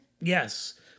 Yes